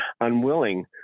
unwilling